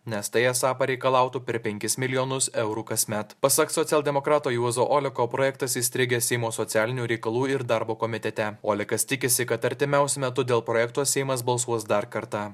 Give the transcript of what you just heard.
nes tai esą pareikalautų per penkis milijonus eurų kasmet pasak socialdemokrato juozo oleko projektas įstrigęs seimo socialinių reikalų ir darbo komitete olekas tikisi kad artimiausiu metu dėl projekto seimas balsuos dar kartą